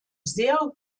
sehr